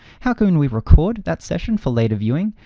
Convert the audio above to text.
how can we record that session for later viewing,